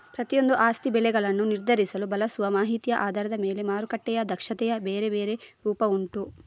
ಪ್ರತಿಯೊಂದೂ ಆಸ್ತಿ ಬೆಲೆಗಳನ್ನ ನಿರ್ಧರಿಸಲು ಬಳಸುವ ಮಾಹಿತಿಯ ಆಧಾರದ ಮೇಲೆ ಮಾರುಕಟ್ಟೆಯ ದಕ್ಷತೆಯ ಬೇರೆ ಬೇರೆ ರೂಪ ಉಂಟು